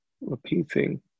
repeating